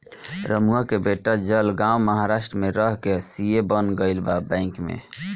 रमुआ के बेटा जलगांव महाराष्ट्र में रह के सी.ए बन गईल बा बैंक में